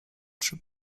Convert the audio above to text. trzy